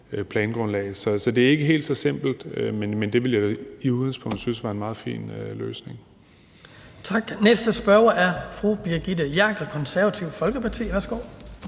plangrundlag. Så det er ikke helt så simpelt, men det ville jeg da i udgangspunktet synes var en meget fin løsning.